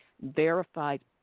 verified